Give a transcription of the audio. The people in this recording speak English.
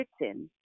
written